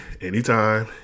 anytime